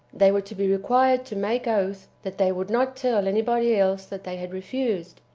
they were to be required to make oath that they would not tell any body else that they had refused,